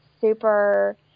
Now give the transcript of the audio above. Super